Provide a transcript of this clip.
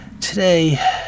today